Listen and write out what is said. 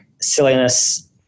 silliness